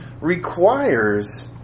requires